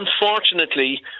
Unfortunately